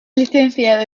licenciado